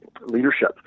leadership